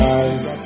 eyes